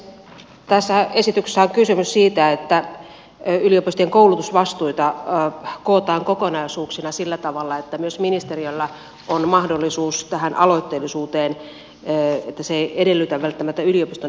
tässä esityksessähän on kysymys siitä että yliopistojen koulutusvastuita kootaan kokonaisuuksina sillä tavalla että myös ministeriöllä on mahdollisuus tähän aloitteellisuuteen että se ei edellytä välttämättä yliopiston esitystä